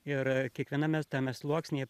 ir kiekviename tame sluoksnyje